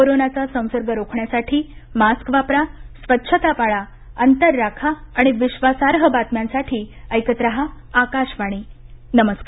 कोरोनाचा संसर्ग रोखण्यासाठी मास्क वापरा स्वच्छता पाळा अंतर राखा आणि विश्वासार्ह बातम्यांसाठी ऐकत रहा आकाशवाणी नमस्कार